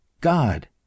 god